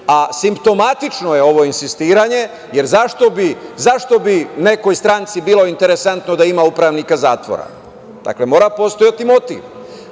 a simptomatično je ovo insistiranje, jer zašto bi nekoj stranci bilo interesantno da ima upravnika zatvora. Dakle, mora postojati motiv,